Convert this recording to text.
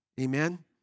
Amen